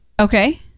Okay